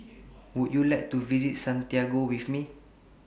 Would YOU like to visit Santiago with Me